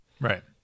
Right